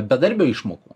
bedarbio išmokų